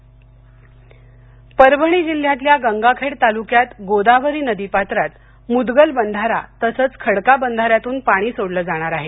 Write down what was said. परभणी पाऊस परभणी जिल्ह्यातल्या गंगाखेड तालुक्यात गोदावरी नदी पात्रात मुद्गल बंधारा तसंच खडका बंधा यातून पाणी सोडलं जाणार आहे